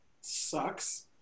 sucks